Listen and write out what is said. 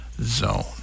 zone